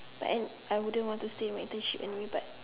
and I wouldn't want to say might do shit on me but